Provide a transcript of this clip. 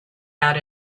out